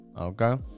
okay